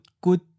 good